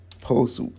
post